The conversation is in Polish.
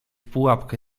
pułapkę